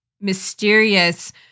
mysterious